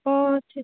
ହଁ ଅଛି